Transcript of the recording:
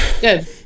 Good